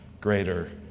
greater